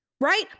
Right